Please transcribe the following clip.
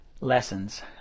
lessons